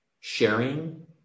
sharing